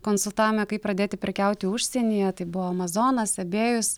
konsultavome kaip pradėti prekiauti užsienyje tai buvo amazonas ebėjus